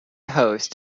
host